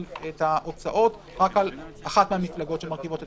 את ההוצאות רק על אחת מהמפלגות שמרכיבות את